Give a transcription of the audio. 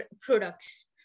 products